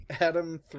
Adam